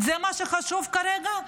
זה מה שחשוב כרגע?